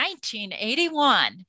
1981